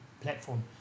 platform